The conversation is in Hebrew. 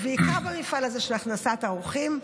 ובעיקר במפעל הזה של הכנסת האורחים.